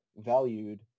valued